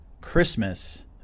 Christmas